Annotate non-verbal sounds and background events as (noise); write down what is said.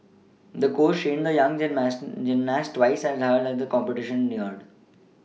the coach trained the young (unintelligible) gymnast twice as hard as the competition neared